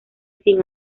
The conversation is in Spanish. sin